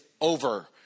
over